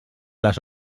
les